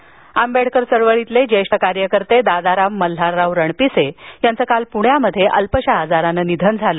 निधन आंबेडकर चळवळीतील ज्येष्ठ कार्यकर्ते दादाराम मल्हारराव रणपिसे यांचं काल पुण्यात अल्पशा आजाराने निधन झालं